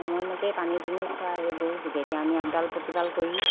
সময়মতে পানী দুনি খোৱা এই গৰুটোকে এতিয়া আমি আপডাল প্ৰতিপাল কৰি